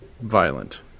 violent